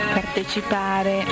partecipare